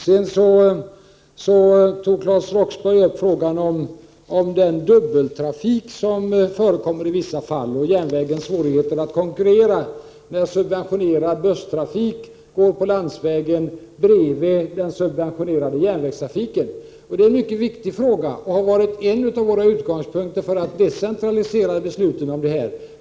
Claes Roxbergh tog upp frågan om den dubbeltrafik som förekommer i vissa fall och järnvägens svårigheter att konkurrera när subventionerad busstrafik går på landsvägen bredvid den subventionerade järnvägstrafiken. Det är en mycket viktig fråga, och den har varit en av våra utgångspunkter för att decentralisera besluten.